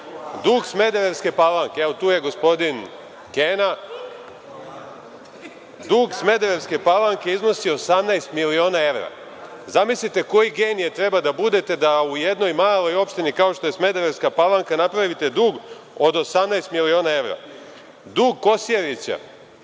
DSS.Dug Smederevske Palanke, evo tu je gospodin Kena, dug Smederevske Palanke iznosi 18 miliona evra. Zamislite koji genije treba da budete da u jednoj maloj opštini kao što je Smederevska Palanka napravite dug od 18 miliona evra. Dug Kosjerića,